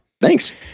thanks